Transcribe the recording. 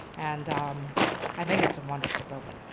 and um i think it's a wonderful building.